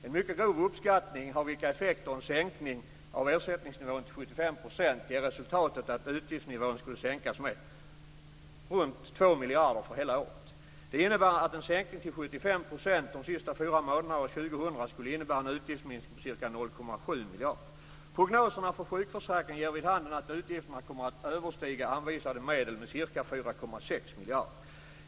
En mycket grov uppskattning av vilka effekter en sänkning av ersättningsnivån till 75 % skulle få ger resultatet att utgiftsnivån skulle sänkas med runt 2 miljarder för hela året. Det innebär att en sänkning till 75 % de sista fyra månaderna år 2000 skulle innebära en utgiftsminskning på ca 0,7 Prognoserna för sjukförsäkringen ger vid handen att utgifterna kommer att överstiga anvisade medel med ca 4,6 miljarder.